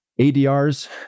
ADRs